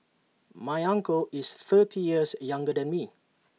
my uncle is thirty years younger than me